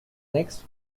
next